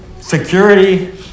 security